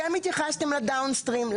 אתם התייחסתם לדאון-סטרים.